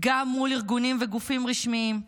גם מול ארגונים וגופים רשמיים,